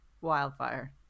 wildfire